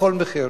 בכל מחיר,